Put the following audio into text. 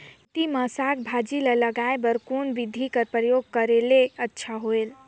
खेती मे साक भाजी ल उगाय बर कोन बिधी कर प्रयोग करले अच्छा होयल?